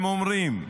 הם אומרים,